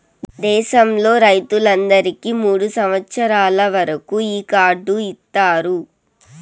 దేశంలో రైతులందరికీ మూడు సంవచ్చరాల వరకు ఈ కార్డు ఇత్తారు